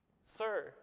Sir